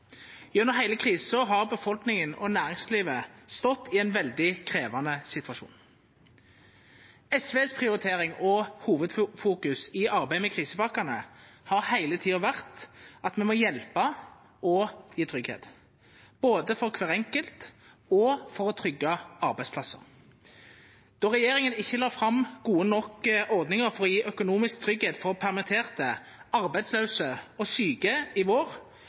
Gjennom hele krisen har befolkningen og næringslivet stått i en veldig krevende situasjon. SVs prioritering og hovedfokus i arbeid med krisepakkene har hele tiden vært at vi må hjelpe og gi trygghet – både for hver enkelt og for å trygge arbeidsplasser. Da regjeringen ikke la fram gode nok ordninger for å gi økonomisk trygghet for permitterte, arbeidsløse og syke i vår,